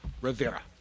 Rivera